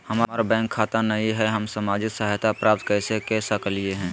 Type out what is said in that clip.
हमार बैंक खाता नई हई, हम सामाजिक सहायता प्राप्त कैसे के सकली हई?